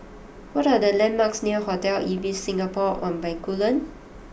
what are the landmarks near Hotel Ibis Singapore on Bencoolen